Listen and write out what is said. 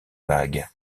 vague